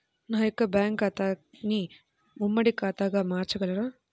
నా యొక్క బ్యాంకు ఖాతాని ఉమ్మడి ఖాతాగా మార్చగలరా?